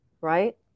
right